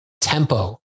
tempo